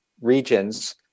regions